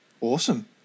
awesome